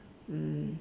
mm